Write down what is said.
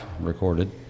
recorded